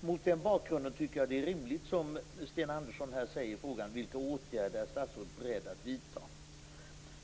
Mot den bakgrunden tycker jag att det är rimligt att, som Sten Andersson gör i interpellationen, fråga vilka åtgärder statsrådet är beredd att vidta.